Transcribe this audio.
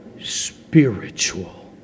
spiritual